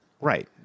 Right